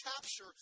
capture